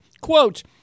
Quote